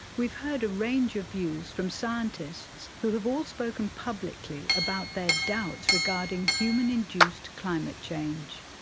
we've heard a range of views from scientists who have all spoken publically about their doubts regarding human induced climate change.